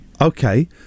okay